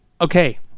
Okay